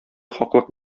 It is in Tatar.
хаклык